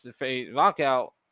lockout